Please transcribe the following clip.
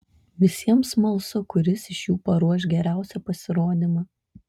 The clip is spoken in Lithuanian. visiems smalsu kuris iš jų paruoš geriausią pasirodymą